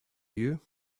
you